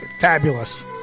Fabulous